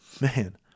Man